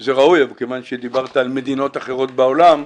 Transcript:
זה ראוי, אבל כיוון שדיברת על מדינות אחרות בעולם,